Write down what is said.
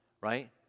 right